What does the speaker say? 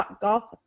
golf